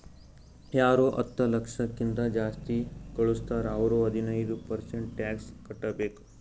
ಯಾರು ಹತ್ತ ಲಕ್ಷ ಕಿಂತಾ ಜಾಸ್ತಿ ಘಳುಸ್ತಾರ್ ಅವ್ರು ಹದಿನೈದ್ ಪರ್ಸೆಂಟ್ ಟ್ಯಾಕ್ಸ್ ಕಟ್ಟಬೇಕ್